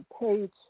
page